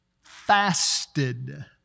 fasted